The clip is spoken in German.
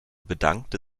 bedankte